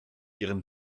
ihren